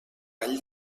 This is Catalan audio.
vall